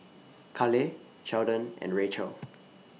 Cale Sheldon and Racheal